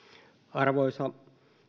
arvoisa